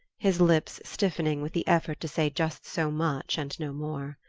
his lips stiffening with the effort to say just so much and no more.